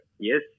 Yes